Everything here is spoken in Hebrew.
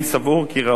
הסתייגות זו.